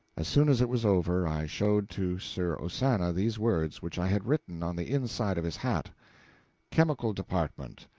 as soon as it was over i showed to sir ozana these words which i had written on the inside of his hat chemical department,